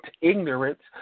ignorance